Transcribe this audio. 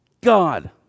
God